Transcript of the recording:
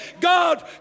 God